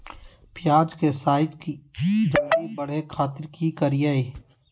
प्याज के साइज जल्दी बड़े खातिर की करियय?